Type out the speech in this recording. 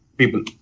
people